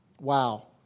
Wow